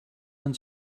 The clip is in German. man